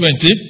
20